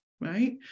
right